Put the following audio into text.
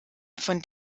von